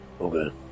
Okay